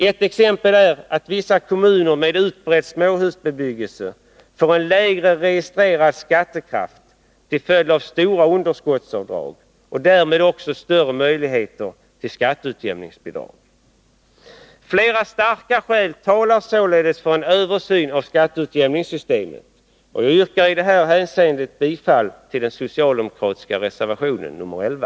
Ett exempel är att vissa kommuner med utbredd småhusbebyggelse får en lägre registrerad skattekraft till följd av stora underskottsavdrag och därmed också större möjligheter till skatteutjämningsbidrag. Flera starka skäl talar således för en översyn av skatteutjämningssystemet. Jag yrkar därför bifall till den socialdemokratiska reservationen 11.